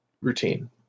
routine